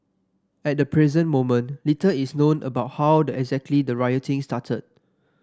at the present moment little is known about how the exactly the rioting started